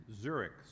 Zurich